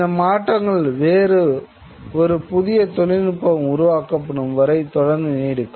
இந்த மாற்றங்கள் வேறு ஒரு புதிய தொழில்நுட்பம் உருவாக்கப்படும் வரை தொடர்ந்து நீடிக்கும்